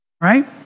right